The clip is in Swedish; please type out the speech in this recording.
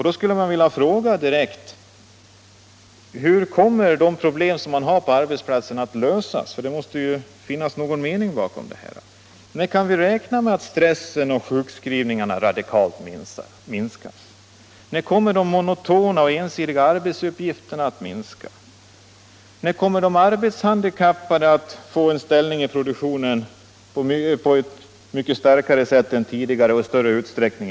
Då skulle jag vilja fråga direkt: Hur kommer de problem som man har på arbetsplatserna att lösas? Det måste ju finnas någon mening bakom. När kan vi räkna med att stressen och sjukskrivningarna radikalt minskas? När kommer de monotona och ensidiga arbetsuppgifterna att minska? När kommer de arbetshandikappade att få en annan och starkare ställning i produktionen?